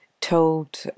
told